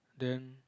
then